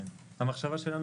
המחשבה שלנו,